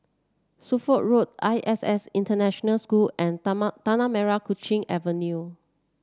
Suffolk Road I S S International School and Tanah Merah Kechil Avenue